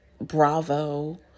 Bravo